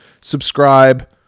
subscribe